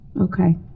okay